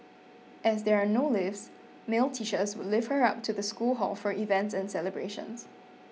as there are no lifts male teachers would lift her up to the school hall for events and celebrations